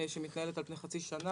שמתנהלת על פני חצי שנה,